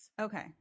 Okay